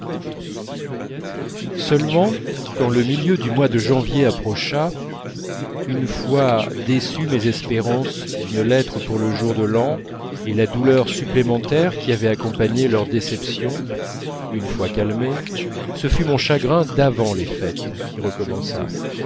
seulement quand le milieu du mois de janvier approcha une fois déçues mes espérances d'une lettre pour le jour de l'an et la douleur supplémentaire qui avait accompagné leur déception une fois calmée ce fut mon chagrin d'avant les fêtes qui recommença